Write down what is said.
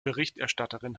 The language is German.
berichterstatterin